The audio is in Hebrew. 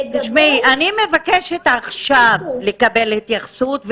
לגבי המסגרות שנפתחו --- אני מבקשת עכשיו לקבל התייחסות,